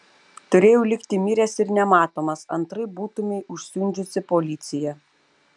turėjau likti miręs ir nematomas antraip būtumei užsiundžiusi policiją